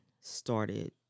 started